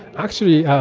actually,